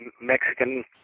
Mexican